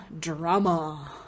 drama